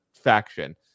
faction